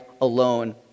alone